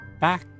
Back